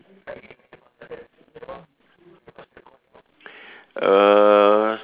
err